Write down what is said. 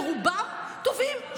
ורובם טובים,